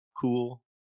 cool